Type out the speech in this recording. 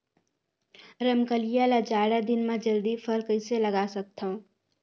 रमकलिया ल जाड़ा दिन म जल्दी फल कइसे लगा सकथव?